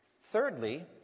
Thirdly